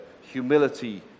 Humility